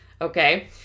okay